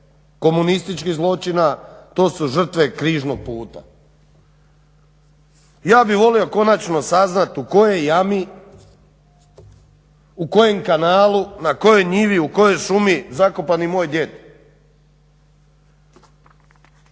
komunističkih zločina, to su žrtve križnog puta. Ja bih volio konačno saznat u kojoj jami, u kojem kanalu, na kojoj njivi, u kojoj šumi je zakopan i moj djed.